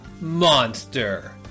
monster